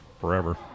forever